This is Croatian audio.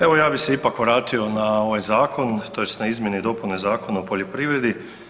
Evo, ja bi se ipak vratio na ovaj zakon, tj. na izmjene i dopune Zakona o poljoprivredi.